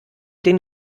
den